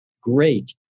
great